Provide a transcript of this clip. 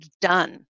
done